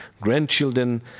grandchildren